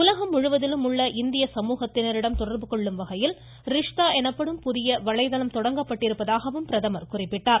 உலகம் முழுவதிலும் உள்ள இந்திய சமூகத்தினரிடம் தொடர்பு கொள்ளும் வகையில் ரிஷ்தா எனப்படும் புதிய வலைதளம் தொடங்கப்பட்டிருப்பதாகவும் பிரதமர் குறிப்பிட்டார்